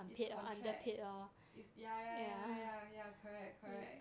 it's contract it's ya ya ya ya ya correct correct